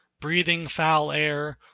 breathing foul air,